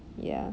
ya